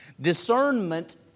Discernment